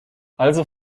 also